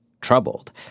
troubled